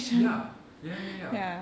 ya ya ya ya